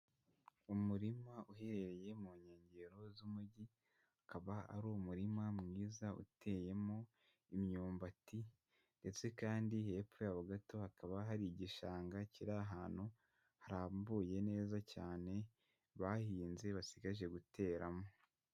Umurima uhererereye mu nkengero z'umujyi, akaba ari umurima mwiza uteyemo imyumbati ndetse kandi hepfo yaho gato hakaba hari igishanga kiri ahantu harambuye neza cyane bahinze basigaje guteramo.